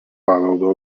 paveldo